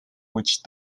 which